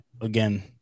again